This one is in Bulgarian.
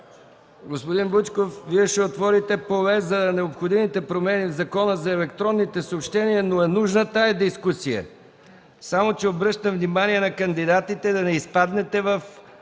Господин Вучков, Вие ще отворите поле за необходимите промени в Закона за електронните съобщения, но е нужна тази дискусия. Само обръщам внимание на кандидатите – да не изпаднете в